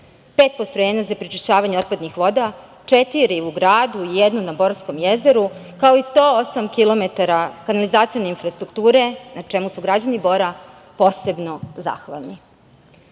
postrojenja za prečišćavanje otpadnih voda, četiri u gradu, jedno na Borskom jezeru, kao i 108 km kanalizacione infrastrukture, na čemu su građani Bora posebno